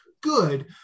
good